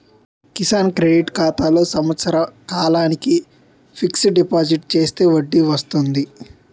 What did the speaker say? Kisan credit ఖాతాలో సంవత్సర కాలానికి ఫిక్స్ డిపాజిట్ చేస్తే వడ్డీ వస్తుంది